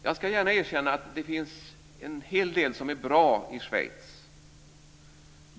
Jag ska gärna erkänna att det finns en hel del som är bra i Schweiz.